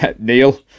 Neil